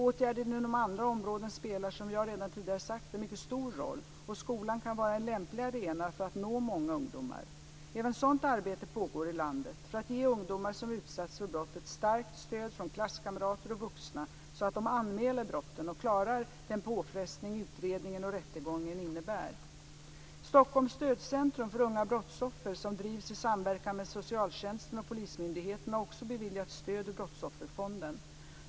Åtgärder inom andra områden spelar, som jag redan tidigare sagt, en mycket stor roll, och skolan kan vara en lämplig arena för att nå många ungdomar. Även sådant arbete pågår i landet för att ge ungdomar som utsatts för brott ett starkt stöd från klasskamrater och vuxna så att de anmäler brotten och klarar den påfrestning utredning och rättegång innebär. Stockholms stödcentrum för unga brottsoffer, som drivs i samverkan mellan socialtjänsten och polismyndigheten, har också beviljats stöd ur Brottsofferfonden.